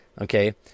okay